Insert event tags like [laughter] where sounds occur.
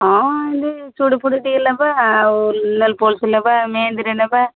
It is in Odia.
ହଁ ଏମତି ଚୁଡ଼ି ଫୁଡ଼ି ଟିକେ ନେବା ଆଉ [unintelligible] ମେହେନ୍ଦୀଟେ ନେବା